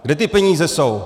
Kde ty peníze jsou?